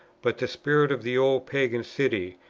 but the spirit of the old pagan city,